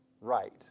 right